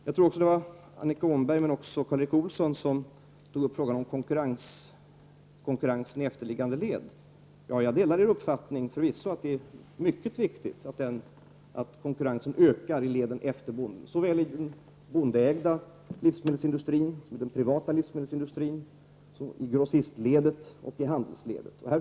Jag tror att både Annika Åhnberg och Karl Erik Olsson tog upp frågan om konkurrensen i efterliggande led. Jag delar förvisso uppfattningen att det är mycket viktigt att konkurrensen ökar i leden efter bondens led, och detta gäller såväl i den bondeägda livsmedelsindustrin som i den privata livsmedelsindustrin, grossistledet och handelsledet.